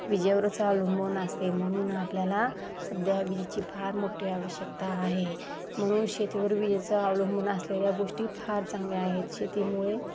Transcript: विजेवरच अवलंबून असते म्हणून आपल्याला सध्या विजेची फार मोठी आवश्यकता आहे म्हणून शेतीवर विजेचा अवलंबून असलेल्या गोष्टी फार चांगल्या आहेत शेतीमुळे